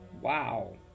Wow